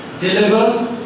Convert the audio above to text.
deliver